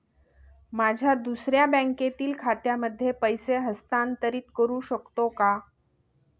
माझ्या दुसऱ्या बँकेतील खात्यामध्ये पैसे हस्तांतरित करू शकतो का?